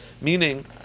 meaning